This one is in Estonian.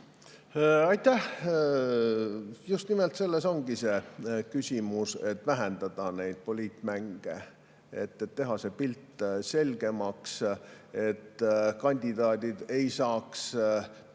Aitäh! Just nimelt selles ongi küsimus, et vähendada poliitmänge, teha pilt selgemaks, et kandidaadid ei saaks peituda